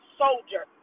soldier